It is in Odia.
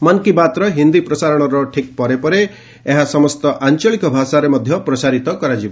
ମନ୍ କୀ ବାତ୍ର ହିନ୍ଦୀ ପ୍ରସାରଣ ପରେ ପରେ ଏହା ସମସ୍ତ ଆଞ୍ଚଳିକ ଭାଷାରେ ମଧ୍ୟ ପ୍ରସାରଣ ଠିକ୍ କରାଯିବ